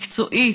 מקצועית,